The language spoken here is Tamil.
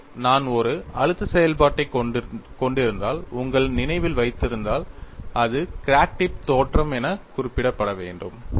ஆகவே நான் ஒரு அழுத்த செயல்பாட்டைக் கொண்டிருந்தால் உங்கள் நினைவில் வைத்திருந்தால் அது கிராக் டிப் தோற்றம் எனக் குறிப்பிடப்பட வேண்டும்